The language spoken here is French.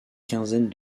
quinzaine